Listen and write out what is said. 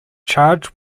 charged